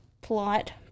plot